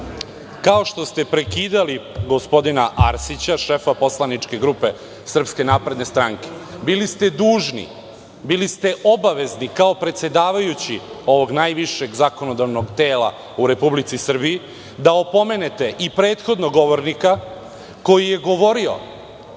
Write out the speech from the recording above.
Kao što ste prekidali gospodina Arsića, šefa poslaničke grupe SNS, bili ste dužni, bili ste obavezni kao predsedavajući ovog najvišeg zakonodavnog tela u Republici Srbiji, da opomenete i prethodnog govornika koji je govorio,